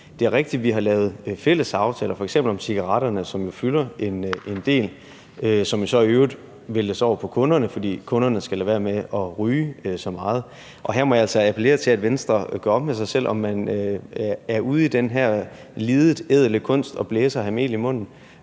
Det er rigtigt, at vi har lavet fælles aftaler, f.eks. om cigaretterne, som jo fylder en del, og hvor det så i øvrigt væltes over på kunderne, fordi kunderne skal lade være med at ryge så meget. Og her må jeg altså appellere til, at Venstre gør op med sig selv, om man er ude i den her lidet ædle kunst at blæse og have mel i munden